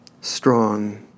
strong